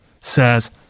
says